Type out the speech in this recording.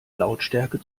lautstärke